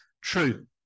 true